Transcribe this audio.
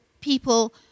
people